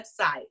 website